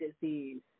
disease